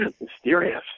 mysterious